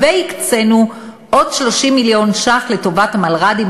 והקצינו עוד 30 מיליון ש"ח לטובת המלר"דים,